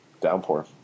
downpour